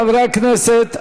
חברי הכנסת,